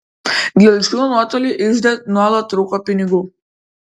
dėl šių nuotolių ižde nuolat trūko pinigų